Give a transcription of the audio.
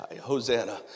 Hosanna